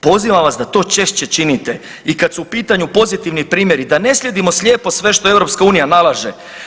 Pozivam vas da to češće činite i kad su u pitanju pozitivni primjeri da ne slijedimo slijepo sve što EU nalaže.